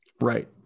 Right